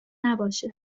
نباشه